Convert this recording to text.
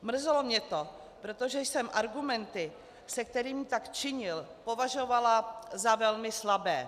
Mrzelo mě to, protože jsem argumenty, se kterými tak činil, považovala za velmi slabé.